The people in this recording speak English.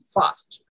fast